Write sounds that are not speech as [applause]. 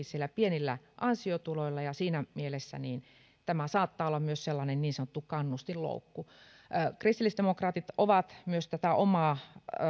[unintelligible] siellä hyvinkin pienillä ansiotuloilla ja siinä mielessä tämä saattaa olla myös sellainen niin sanottu kannustinloukku kristillisdemokraatit ovat myös omaa